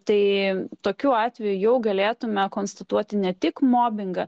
tai tokiu atveju jau galėtumėme konstatuoti ne tik mobinga